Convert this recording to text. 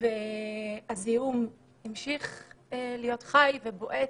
והזיהום המשיך להיות חי ובועט,